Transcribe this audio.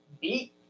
beat